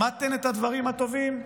שמעתן את הדברים הטובים?